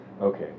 Okay